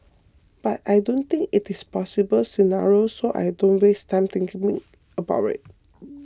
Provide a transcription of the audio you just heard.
but I don't think it is possible scenario so I don't waste time thinking me about we